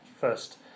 first